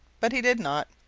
but he did not.